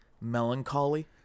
melancholy